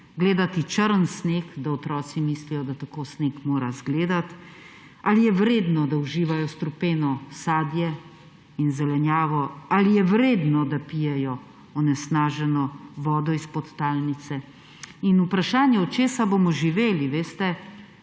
gledati črn sneg, da otroci mislijo, da tako sneg mora izgledati? Ali je vredno, da uživajo strupeno sadje in zelenjavo? Ali je vredno, da pijejo onesnaženo vodo podtalnice? In vprašanje, od česa bomo živeli, veste,